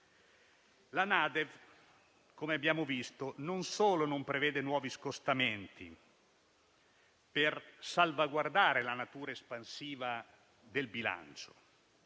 La NADEF, come abbiamo visto, non solo non prevede nuovi scostamenti, per salvaguardare la natura espansiva del bilancio